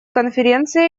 конференция